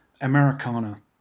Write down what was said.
Americana